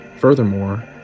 Furthermore